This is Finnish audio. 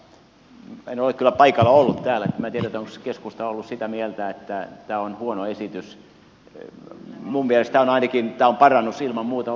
en ole kyllä paikalla ollut täällä joten minä en tiedä onko keskusta ollut sitä mieltä että tämä on huono esitys minun mielestäni tämä on ainakin ilman muuta parannus vallitsevaan tilanteeseen